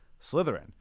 Slytherin